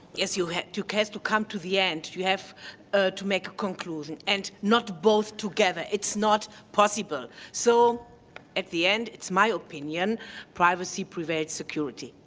you have to come to come to the end, you have to make a conclusion. and not both together, it's not possible. so at the end, it's my opinion privacy provides security.